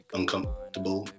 uncomfortable